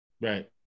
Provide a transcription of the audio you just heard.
Right